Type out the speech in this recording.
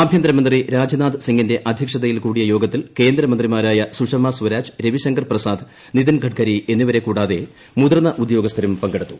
ആഭ്യന്തരമന്ത്രി രാജ്നാഥ് സിംഗിന്റെ അധ്യക്ഷതയിൽ കൂടിയ യോഗത്തിൽ കേന്ദ്രമന്ത്രിമാരായ സുഷമാസ്വരാജ് രവിശങ്കർ പ്രസാദ് നിതിൻ ഗഡ്ഖരി എന്നിവരെ കൂടാതെ മുതിർന്ന ഉദ്യോഗസ്ഥരും പങ്കെടുത്തു